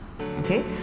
Okay